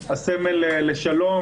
הסמל לשלום.